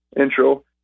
intro